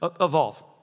evolve